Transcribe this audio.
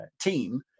team